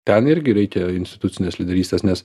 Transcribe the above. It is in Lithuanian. ten irgi reikia institucinės lyderystės nes